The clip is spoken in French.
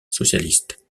socialiste